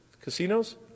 Casinos